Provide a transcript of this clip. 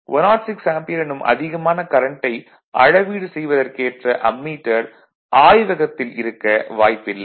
106 ampere எனும் அதிகமான கரண்டை அளவீடு செய்வதற்கேற்ற அம்மீட்டர் ஆய்வகத்தில் இருக்க வாய்ப்பில்லை